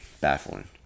baffling